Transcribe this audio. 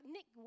Nick